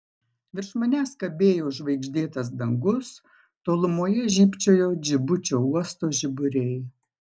virš manęs kabėjo žvaigždėtas dangus tolumoje žybčiojo džibučio uosto žiburiai